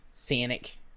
Sonic